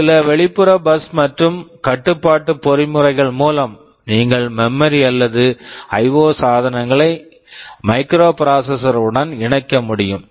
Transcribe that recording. சில வெளிப்புற bus bus மற்றும் கட்டுப்பாட்டு பொறிமுறைகள் மூலம் நீங்கள் மெமரி memory அல்லது ஐஒ சாதனங்களை மைக்ரோபிராசஸர்ஸ் microprocessors உடன் இணைக்க முடியும்